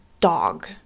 dog